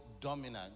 dominant